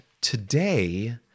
today